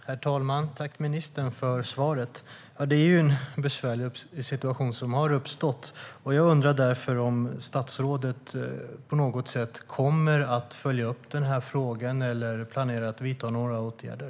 Herr talman! Tack, ministern, för svaret! Ja, det är ju en besvärlig situation som har uppstått. Jag undrar därför om statsrådet på något sätt kommer att följa upp den här frågan eller planerar att vidta några åtgärder.